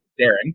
Darren